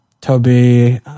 Toby